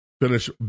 finish